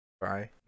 Bye